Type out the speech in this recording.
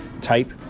type